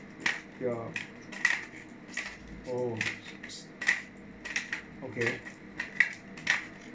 ya oh okay